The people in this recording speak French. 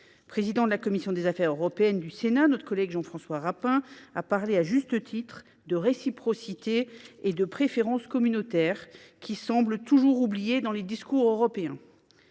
président de la commission des affaires européennes du Sénat, notre collègue Jean François Rapin, a parlé à juste titre de réciprocité et de préférence communautaire, ces principes semblant toujours oubliés dans les discours européens.